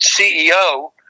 CEO